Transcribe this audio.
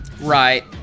Right